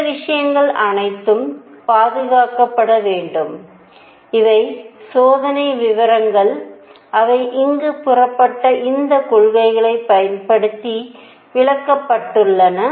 இந்த விஷயங்கள் அனைத்தும் பாதுகாக்கப்பட வேண்டும் இவை சோதனை விவரங்கள் அவை இங்கு புறப்பட்ட இந்த கொள்கைகளைப் பயன்படுத்தி விளக்கப்பட்டன